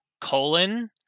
colon